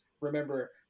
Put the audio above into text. remember